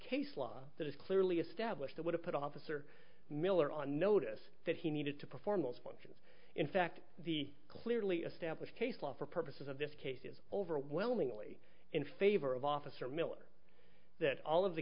case law that is clearly established that would have put officer miller on notice that he needed to perform those functions in fact the clearly established case law for purposes of this case is overwhelmingly in favor of officer miller that all of the